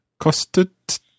kostet